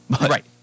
Right